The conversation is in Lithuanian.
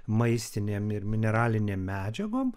maistinėm ir mineralinėm medžiagom